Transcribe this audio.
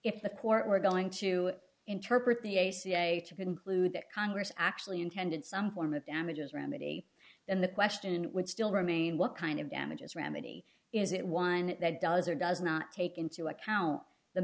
if the court were going to interpret the a c a to conclude that congress actually intended some form of damages remedy then the question would still remain what kind of damages remedy is it one that does or does not take into account the